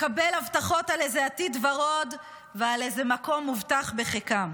מקבל הבטחות על איזה עתיד ורוד ועל איזה מקום מובטח בחיקם.